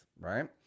right